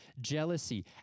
jealousy